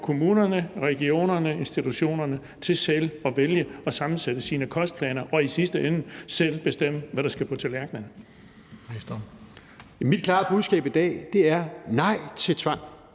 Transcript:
kommunerne, regionerne og institutionerne selv at vælge og sammensætte sine kostplaner og i sidste ende selv bestemme, hvad der skal på tallerkenen. Kl. 13:37 Den fg. formand